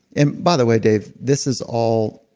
and, by the way dave, this is all,